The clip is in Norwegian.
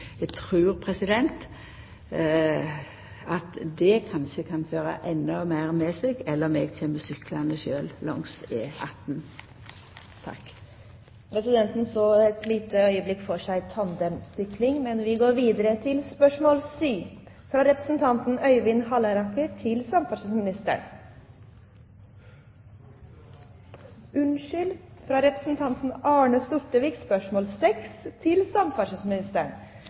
Eg trur at det kanskje kan føra endå meir med seg enn om eg kjem syklande sjølv langs E18. Presidenten så et lite øyeblikk for